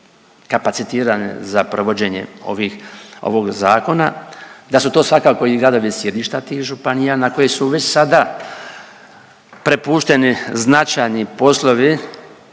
kapacitirane za provođenje ovog Zakona, da su to svakako i gradovi-sjedišta tih županija na koje su već sada prepušteni značajni poslovi